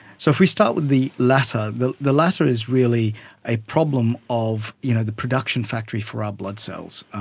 so if we start with the latter, the the latter is really a problem of you know the production factory for our blood cells,